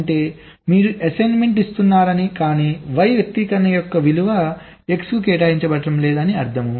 అంటే మీరు ఈ అసైన్మెంట్ ఇస్తున్నారని కానీ Y వ్యక్తీకరణ యొక్క విలువ X కి కేటాయించబడటం లేదు అని అర్థం